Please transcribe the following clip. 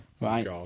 right